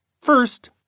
First